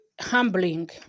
humbling